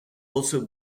also